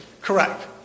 Correct